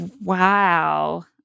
wow